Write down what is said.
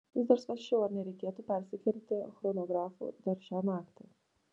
vis dar svarsčiau ar nereikėtų persikelti chronografu dar šią naktį